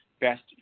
best